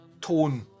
tone